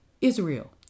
israel